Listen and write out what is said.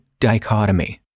dichotomy